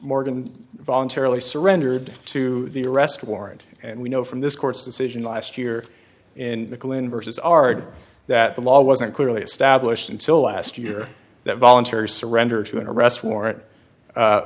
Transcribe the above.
morgan voluntarily surrendered to the arrest warrant and we know from this court's decision last year in mclean vs ard that the law wasn't clearly established until last year that voluntary surrender to an arrest warrant